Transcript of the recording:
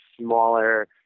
smaller